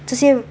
这些